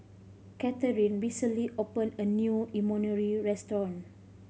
Cathrine recently opened a new Imoni restaurant